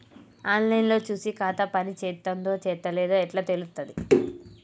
On line లో చూసి ఖాతా పనిచేత్తందో చేత్తలేదో ఎట్లా తెలుత్తది?